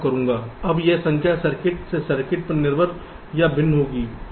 अब यह संख्या सर्किट से सर्किट पर निर्भर या भिन्न होगी